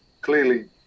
Clearly